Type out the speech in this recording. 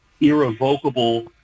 irrevocable